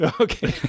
okay